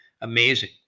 Amazing